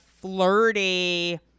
flirty